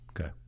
Okay